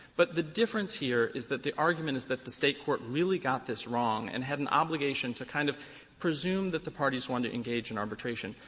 but the difference here is that the argument is that the state court really got this wrong and had an obligation to kind of presume that the parties wanted to engage in arbitration.